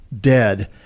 dead